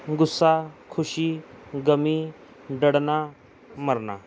ਗੁੱਸਾ ਖੁਸ਼ੀ ਗਮੀ ਡਰਨਾ ਮਰਨਾ